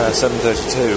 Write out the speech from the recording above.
7.32